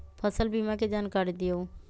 फसल बीमा के जानकारी दिअऊ?